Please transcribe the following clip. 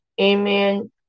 Amen